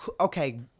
okay